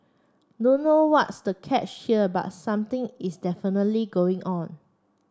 don't know what's the catch but something is going on